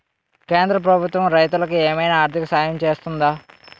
కేంద్ర ప్రభుత్వం రైతులకు ఏమైనా ఆర్థిక సాయం చేస్తుందా?